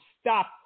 stop